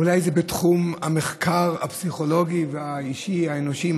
אולי זה בתחום המחקר הפסיכולוגי והאישי האנושי,